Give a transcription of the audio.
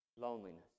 Loneliness